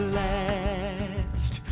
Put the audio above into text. last